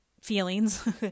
feelings